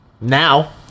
Now